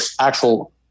actual